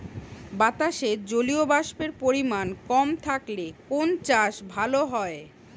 বাতাসে জলীয়বাষ্পের পরিমাণ কম থাকলে কোন চাষ ভালো হয়?